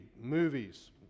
movies